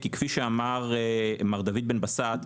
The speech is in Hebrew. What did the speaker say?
כי כפי שאמר מר דוד בן בסט,